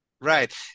Right